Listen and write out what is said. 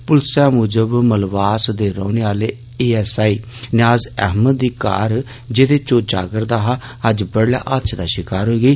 पुलसै मुजब मलवास दे रोहने आले A S I Niyaz Ahmed दी कार जेदे च ओ जा करदा हा अज्ज बडुलै हादसे दा षकार होई गेई